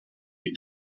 you